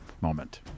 moment